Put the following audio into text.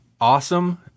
awesome